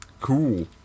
Cool